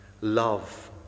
love